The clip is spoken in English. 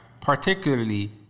particularly